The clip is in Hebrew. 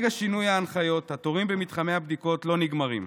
מרגע שינוי ההנחיות התורים במתחמי הבדיקות לא נגמרים.